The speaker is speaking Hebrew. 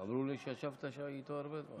אמרו לי שישבת איתו הרבה זמן.